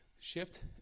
shift